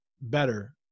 better